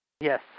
Yes